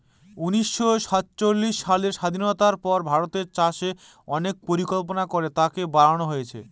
উনিশশো সাতচল্লিশ সালের স্বাধীনতার পর ভারতের চাষে অনেক পরিকল্পনা করে তাকে বাড়নো হয়েছে